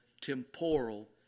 temporal